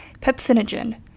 pepsinogen